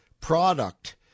product